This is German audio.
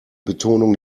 betonung